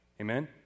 Amen